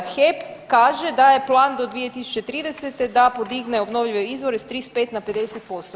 HEP kaže da je plan do 2030. da podigne obnovljive izvore s 35 na 50%